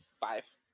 five